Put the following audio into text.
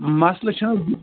مسلہٕ چھُ